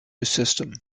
system